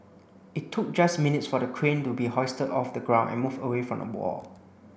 it took just minutes for the crane to be hoisted off the ground and moved away from the wall